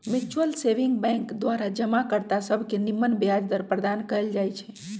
mutual saving bank द्वारा जमा कर्ता सभके निम्मन ब्याज दर प्रदान कएल जाइ छइ